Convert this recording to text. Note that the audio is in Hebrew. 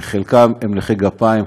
חלקם נכי גפיים,